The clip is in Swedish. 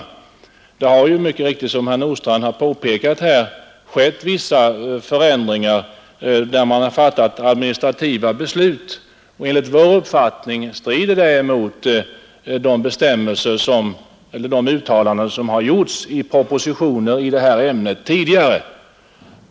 Det har ju mycket riktigt, som herr Nordstrandh har påpekat, skett vissa förändringar där man har fattat administrativa beslut, och enligt vår uppfattning strider det mot de uttalanden som har gjorts i propositioner i det här ämnet tidigare.